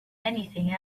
anything